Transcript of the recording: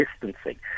distancing